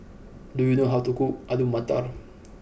do you know how to cook Alu Matar